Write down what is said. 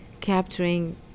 capturing